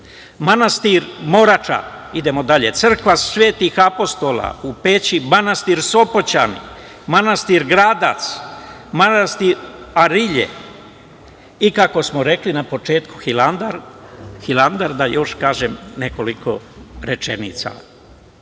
manastir Morača, crkva Sv. Apostola u Peći, manastir Sopoćani, manastir Gradac, manastir Arilje i kako smo rekli na početku Hilandar. Da još kažem nekoliko rečenica.